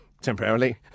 temporarily